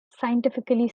scientifically